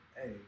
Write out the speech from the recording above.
hey